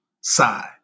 side